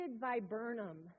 viburnum